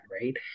right